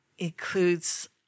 includes